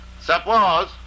Suppose